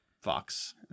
fox